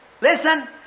Listen